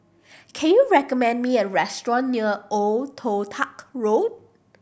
can you recommend me a restaurant near Old Toh Tuck Road